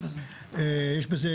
יש בזה,